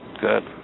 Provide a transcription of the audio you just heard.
Good